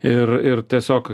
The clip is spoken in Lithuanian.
ir ir tiesiog